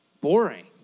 boring